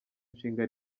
nshinga